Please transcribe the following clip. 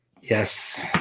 Yes